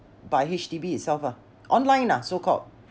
by H_D_B itself lah online lah so called